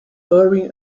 urim